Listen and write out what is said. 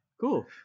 Cool